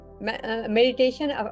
meditation